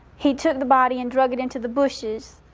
he took the body and drug it into the bushes.